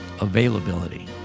Availability